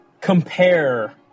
compare